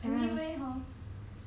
ya